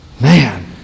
Man